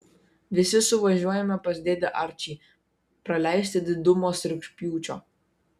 visi suvažiuojame pas dėdę arčį praleisti didumos rugpjūčio